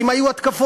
ואם היו התקפות,